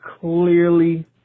clearly